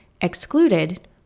Excluded